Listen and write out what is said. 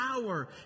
power